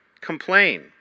complain